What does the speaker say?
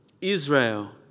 Israel